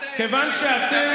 כיוון שאתם, אל תאיים.